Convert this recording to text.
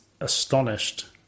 astonished